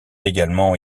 également